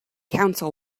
counsel